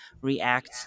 react